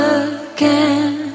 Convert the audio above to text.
again